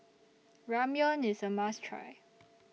Ramyeon IS A must Try